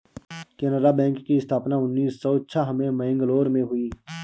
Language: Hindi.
केनरा बैंक की स्थापना उन्नीस सौ छह में मैंगलोर में हुई